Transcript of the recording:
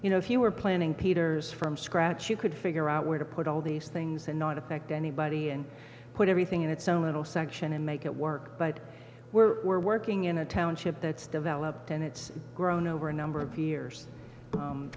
you know if you were planning peter's from scratch you could figure out where to put all these things and not affect anybody and put everything in its own little section and make it work but we're we're working in a township that's developed and it's grown over a number of years